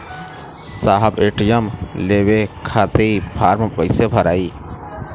साहब ए.टी.एम लेवे खतीं फॉर्म कइसे भराई?